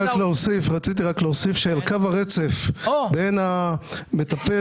רציתי להוסיף שעל הקו הרצף בין המטפל